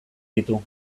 ditu